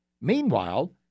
Meanwhile